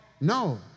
No